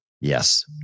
Yes